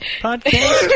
podcast